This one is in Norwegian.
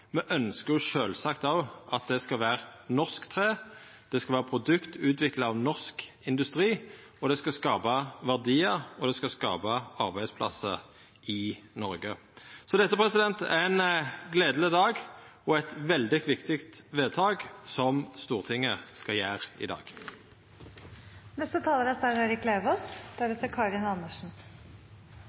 me berre jobbar for å få tre i det nye regjeringskvartalet. Me ønskjer sjølvsagt at det skal vera norsk tre. Det skal vera produkt utvikla av norsk industri, og det skal skapa verdiar og arbeidsplassar i Noreg. Dette er ein gledeleg dag, og det er eit veldig viktig vedtak som Stortinget skal gjera i